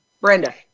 Brenda